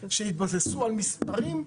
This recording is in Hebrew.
שהתבססו על מספרים,